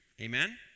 amen